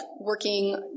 working